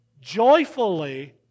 joyfully